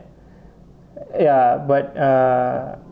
ya but ah